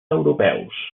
europeus